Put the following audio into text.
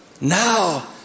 now